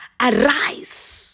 arise